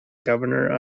governor